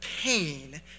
Pain